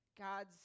God's